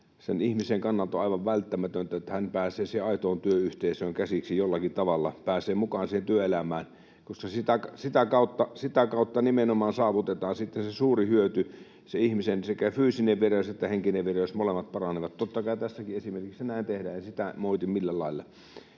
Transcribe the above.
sen ihmisen kannalta on aivan välttämätöntä, että hän pääsee siihen aitoon työyhteisöön käsiksi jollakin tavalla, pääsee mukaan siihen työelämään, [Katja Taimela: Näin ollaan tehty!] koska sitä kautta nimenomaan saavutetaan sitten se suuri hyöty: ihmisen sekä fyysinen vireys että henkinen vireys, molemmat, paranevat. Totta kai tässäkin esimerkissä näin tehdään, en sitä moiti millään lailla.